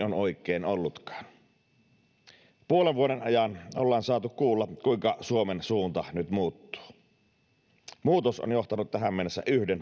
on oikein ollutkaan puolen vuoden ajan ollaan saatu kuulla kuinka suomen suunta nyt muuttuu muutos on johtanut tähän mennessä yhden